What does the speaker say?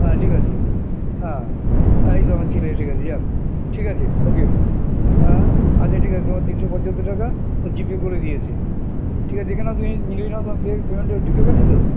হ্যাঁ ঠিক আছে হ্যাঁ এই তো আমার ছেলে এসে গেছে যাক ঠিক আছে ওকে হ্যাঁ আচ্ছা ঠিক আছে তোমার তিনশো পঁচাত্তর টাকা ও জিপে করে দিয়েছে ঠিক আছে দেখে না তুমি মিলিয়ে না তোমার পেয়ে পেমেন্টটা ঢুকে গেছে তো